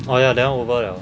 oh ya that one over 了